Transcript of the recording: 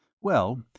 Well